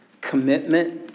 commitment